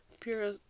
pure